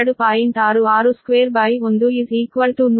6621 160